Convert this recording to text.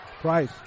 Price